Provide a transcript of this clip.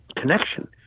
connection